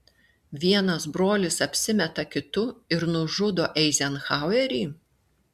vienas brolis apsimeta kitu ir nužudo eizenhauerį